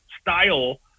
style